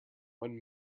one